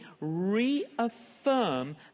reaffirm